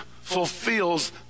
fulfills